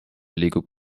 liigub